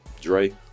Dre